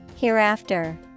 Hereafter